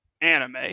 anime